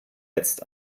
jetzt